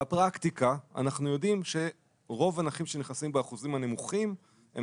בפרקטיקה אנחנו יודעים שרוב הנכים שנכנסים באחוזים הנמוכים הם